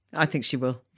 i think she will